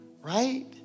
right